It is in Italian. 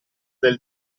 del